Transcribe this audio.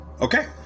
Okay